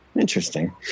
interesting